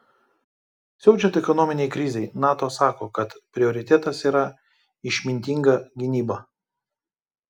siaučiant ekonominei krizei nato sako kad prioritetas yra išmintinga gynyba